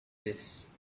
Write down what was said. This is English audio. this